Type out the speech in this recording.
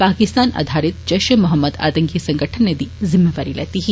पाकिस्ताप अधारित जैष ए मोहम्मद आतंकी संगठन ने एह्दी जिम्मेवारी लैती ही